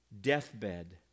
deathbed